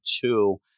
two